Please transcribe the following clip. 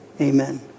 Amen